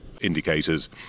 indicators